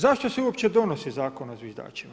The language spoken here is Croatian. Zašto se uopće donosi zakon o zviždačima?